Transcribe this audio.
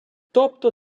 тобто